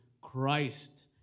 Christ